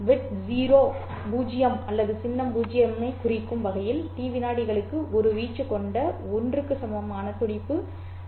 bit 0 அல்லது சின்னம் 0 ஐ குறிக்கும் வகையில் T விநாடிகளுக்கு 1 வீச்சு கொண்ட 1 க்கு சமமான துடிப்பு உங்களுக்குத் தெரியும்